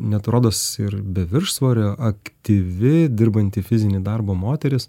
net rodos ir be viršsvorio aktyvi dirbanti fizinį darbą moteris